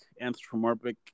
anthropomorphic